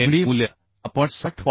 53 तर md मूल्य आपण 60